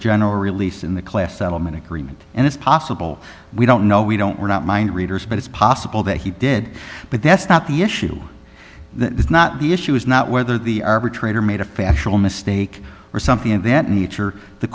general release in the class settlement agreement and it's possible we don't know we don't we're not mind readers but it's possible that he did but that's not the issue that is not the issue is not whether the arbitrator made a factual mistake or something of that nature the